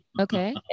Okay